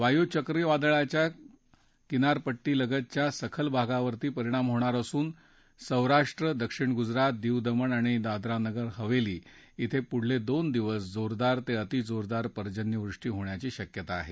वायू चक्रवादळाचा किनारपट्टलगतच्या सखल भागावर परिणाम होणार असून सौराष्ट्र दक्षिण गुजरात दीव दमण आणि दादरा नगर हवेली इं पुढले दोन दिवस जोरदार ते अतिजोरदार पर्जन्यवृष्टी होण्याची शक्यता आहे